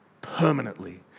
permanently